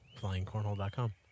flyingcornhole.com